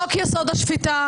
חוק-יסוד: השפיטה,